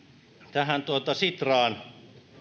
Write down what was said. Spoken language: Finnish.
tähän sitraan